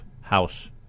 house